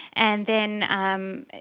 and then um